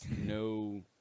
no